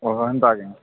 ଓହୋ ଏନ୍ତା କି